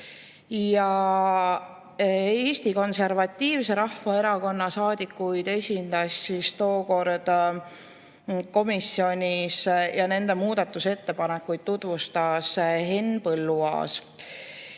Eesti Konservatiivse Rahvaerakonna saadikuid esindas komisjonis ja nende muudatusettepanekuid tutvustas Henn Põlluaas.